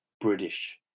British